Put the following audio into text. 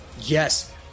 Yes